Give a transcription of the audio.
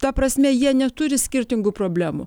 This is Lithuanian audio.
ta prasme jie neturi skirtingų problemų